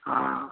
हाँ